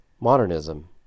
modernism